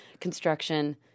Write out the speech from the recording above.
construction